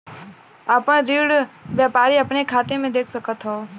आपन ऋण व्यापारी अपने खाते मे देख सकत हौ